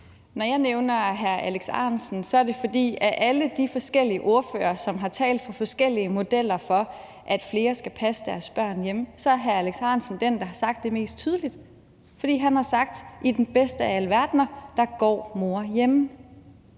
Når jeg nævner hr. Alex Ahrendtsen, er det, fordi det af alle de forskellige ordførere, som har talt for forskellige modeller for, at flere skal passe deres børn hjemme, er hr. Alex Ahrendtsen, der har sagt det tydeligst. For han har sagt: I den bedste af alle verdener går mor hjemme.